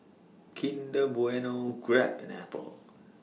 Kinder Bueno Grab and Apple